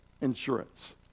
insurance